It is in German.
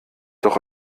doch